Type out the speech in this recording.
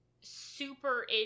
super